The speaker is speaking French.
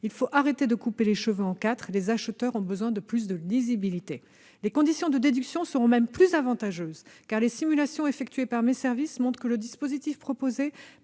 Il faut arrêter de couper les cheveux en quatre, car les acheteurs ont besoin de plus de lisibilité. Les conditions de déduction seront même plus avantageuses, les simulations effectuées par mes services ayant montré que le dispositif proposé